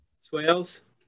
Swales